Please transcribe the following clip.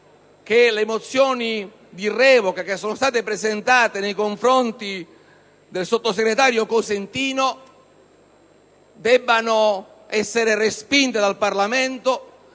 che le mozioni di revoca presentate nei confronti del sottosegretario Cosentino debbano essere respinte da questo